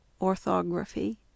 orthography